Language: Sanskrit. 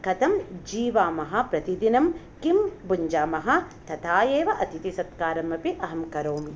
कथं जीवामः प्रतिदिनं किं भुञ्जामः तथा एव अतितिसत्कारम् अपि अहं करोमि